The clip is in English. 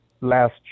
last